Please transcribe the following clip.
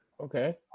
Okay